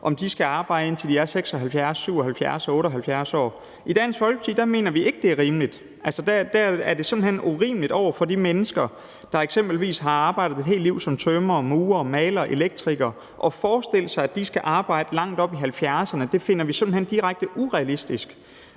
skal arbejde, indtil de er 76, 77, 78 år. I Dansk Folkeparti mener vi ikke, at det er rimeligt. Der er det simpelt hen urimeligt over for de mennesker, der eksempelvis har arbejdet et helt liv som tømrer, murer, maler, elektriker, at forestille sig, at de skal arbejde, til de er langt oppe i 70'erne. Det finder vi simpelt hen direkte urealistisk.